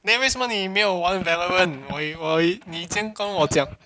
then 为什么你没有玩 veloren 我以为你以前跟我讲